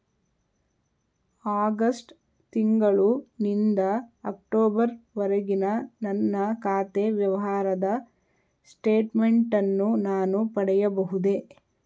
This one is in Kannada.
ಆಗಸ್ಟ್ ತಿಂಗಳು ನಿಂದ ಅಕ್ಟೋಬರ್ ವರೆಗಿನ ನನ್ನ ಖಾತೆ ವ್ಯವಹಾರದ ಸ್ಟೇಟ್ಮೆಂಟನ್ನು ನಾನು ಪಡೆಯಬಹುದೇ?